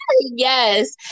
Yes